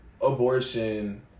abortion